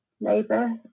labour